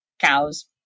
cows